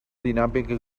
dinàmica